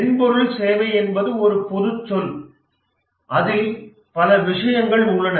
மென்பொருள் சேவை என்பது ஒரு பொதுச்சொல் அதில் பல விஷயங்கள் உள்ளன